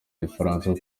gifaransa